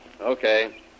Okay